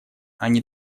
они